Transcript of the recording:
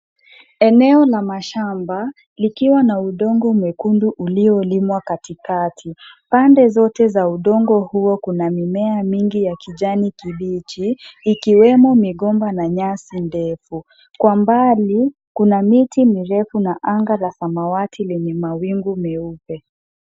Eneo la mashamba likiwa na udongo mwekundu uliolimwa katikati. Pande zote za udongo huo kuna mimea mingi ya kijani kibichi ikiwemo migomba na nyasi ndefu. Kwa mbali kuna miti mirefu na anga la samawati lenye mawingu meupe.